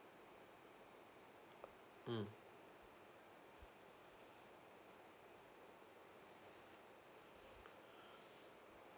mm